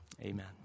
Amen